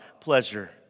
pleasure